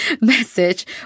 message